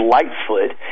Lightfoot